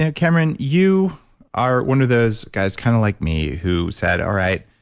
ah cameron, you are one of those guys, kind of like me, who said, all right,